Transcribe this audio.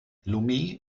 lomé